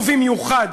ובמיוחד